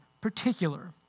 particular